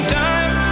time